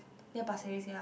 near Pasir-Ris ya